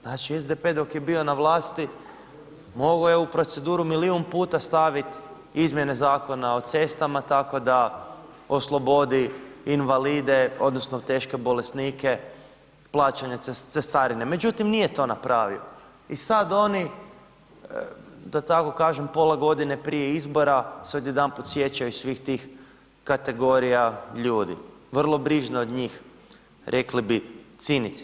Znači SDP dok je bio na vlasti, mogao je u proceduru milijun puta stavit izmjene Zakona o cestama, tako da oslobodi invalide odnosno teške bolesnike plaćanja cestarine međutim nije to napravio i sad oni da tako kažem, pola godine prije izbora se odjedanput sjećaju svih tih kategorija ljudi. vrlo brižno od njih, rekli bi cinici.